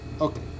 okay